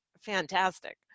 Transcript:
fantastic